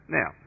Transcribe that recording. now